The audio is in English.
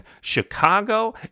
Chicago